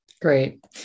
Great